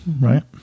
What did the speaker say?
right